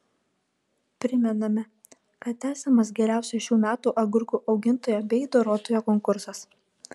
primename kad tęsiamas geriausio šių metų agurkų augintojo bei dorotojo konkursas